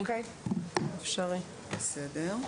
בסדר.